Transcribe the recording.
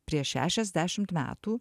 prieš šešiasdešimt metų